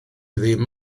ddim